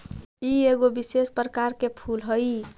ई एगो विशेष प्रकार के फूल हई